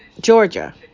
georgia